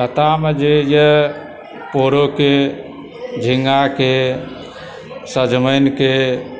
लताम जेए पोरोके झिँगाके सजमनिके